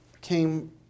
came